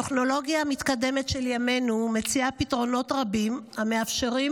הטכנולוגיה המתקדמת של ימינו מציעה פתרונות רבים המאפשרים